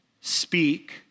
speak